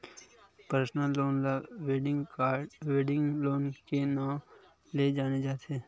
personal loan ल wedding loan के नांव ले जाने जाथे